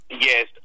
Yes